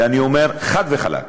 ואני אומר חד וחלק,